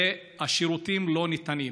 והשירותים לא ניתנים.